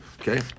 Okay